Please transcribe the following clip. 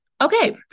Okay